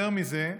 יותר מזה,